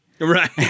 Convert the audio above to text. Right